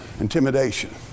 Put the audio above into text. Intimidation